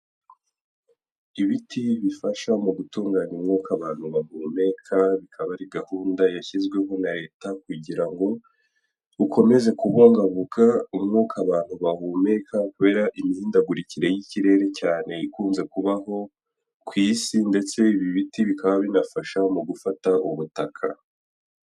Ibiti bifasha mu gutunganya umwuka abantu bahumeka, bikaba ari gahunda yashyizweho na leta kugira ngo ikomeze kubungabunga umwuka abantu bahumeka, kubera imihindagurikire y'ikirere cyane ikunze kubaho ku isi, ndetse ibi biti bikaba binafasha mu gufata ubutaka.